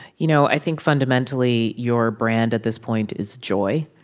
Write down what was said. you know, i think fundamentally, your brand at this point is joy.